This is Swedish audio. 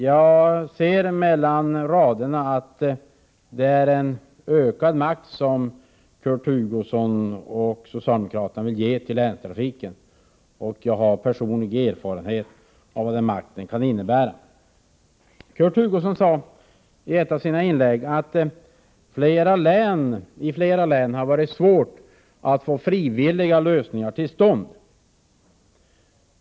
Jag ser mellan raderna att det är ökad makt som Kurt Hugosson och övriga socialdemokrater vill ge länstrafiken. Personligen har jag erfarenhet av vad sådan makt kan innebära. Kurt Hugosson sade i ett av sina inlägg här att det i flera län har varit svårt att få till stånd lösningar på frivillighetens väg.